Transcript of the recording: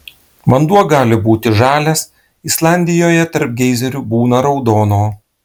vanduo gali būti žalias islandijoje tarp geizerių būna raudono